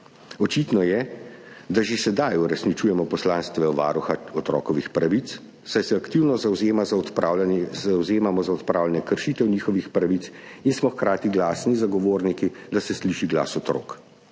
Očitno je, da že sedaj uresničujemo poslanstvo varuha otrokovih pravic, saj se aktivno zavzemamo za odpravljanje kršitev njihovih pravic in smo hkrati glasni zagovorniki, da se sliši glas otrok.